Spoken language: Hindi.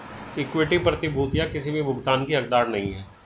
इक्विटी प्रतिभूतियां किसी भी भुगतान की हकदार नहीं हैं